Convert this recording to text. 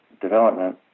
development